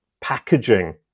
packaging